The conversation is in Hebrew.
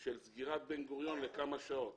על סגירת בן גוריון לכמה שעות